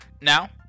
Now